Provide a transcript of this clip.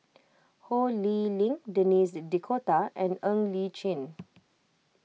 Ho Lee Ling Denis D'Cotta and Ng Li Chin